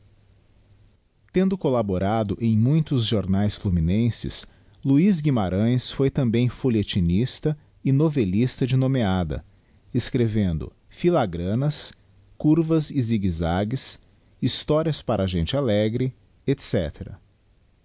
tendo couaborado em muitos jornaes fluminenses luiz guimarães foi também folhetinista e novellista de nomeada escrevendo filagranasy curvas e zig zags historias para gente alegre